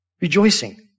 rejoicing